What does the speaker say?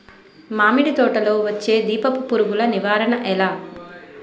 మామిడి తోటలో వచ్చే దీపపు పురుగుల నివారణ ఎలా?